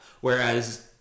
Whereas